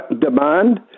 demand